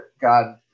God